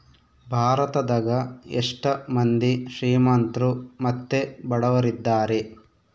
ಭಾರತದಗ ಎಷ್ಟ ಮಂದಿ ಶ್ರೀಮಂತ್ರು ಮತ್ತೆ ಬಡವರಿದ್ದಾರೆ?